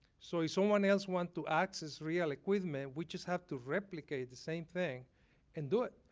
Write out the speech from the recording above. so if someone else wants to access real equipment, we just have to replicate the same thing and do it.